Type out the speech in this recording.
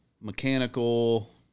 mechanical